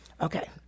Okay